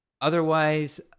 Otherwise